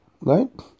right